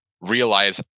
realize